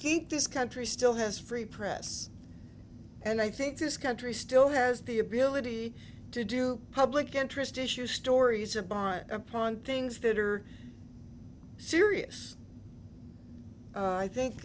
keep this country still has free press and i think this country still has the ability to do public interest issue stories or bar upon things that are serious